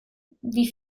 wie